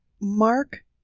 Mark